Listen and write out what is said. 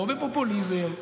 לא בפופוליזם,